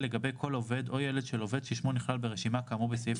לגבי כל עובד או ילד של עובד ששמו נכלל ברשימה כאמור בסעיף